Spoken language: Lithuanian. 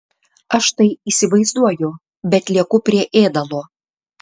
aš tai įsivaizduoju bet lieku prie ėdalo